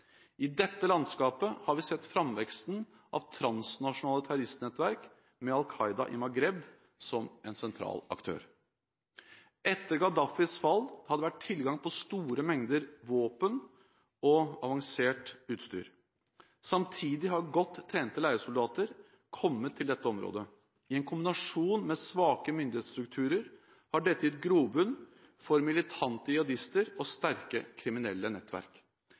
I dette landskapet har vi sett framveksten av transnasjonale terroristnettverk – med Al Qaida i Maghreb som en sentral aktør. Etter Gaddafis fall har det vært tilgang på store mengder våpen og avansert utstyr. Samtidig har godt trente leiesoldater kommet til dette området. I en kombinasjon med svake myndighetsstrukturer har dette gitt grobunn for militante jihadister og sterke kriminelle nettverk.